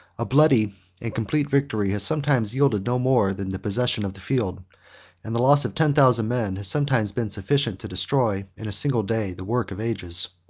a bloody and complete victory has sometimes yielded no more than the possession of the field and the loss of ten thousand men has sometimes been sufficient to destroy, in a single day, the work of ages.